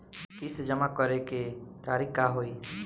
किस्त जमा करे के तारीख का होई?